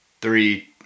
three